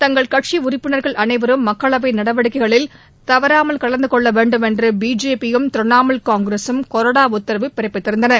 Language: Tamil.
தங்கள் கட்சி உறுப்பினர்கள் அனைவரும் மக்களவை நடவடிக்கைகளில் தவறாமல் கலந்துகொள்ள வேண்டும் என்று பிஜேபியும் திரிணாமுல் காங்கிரசும் கொறடா உத்தரவு பிறப்பித்திருந்தன